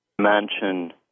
mansion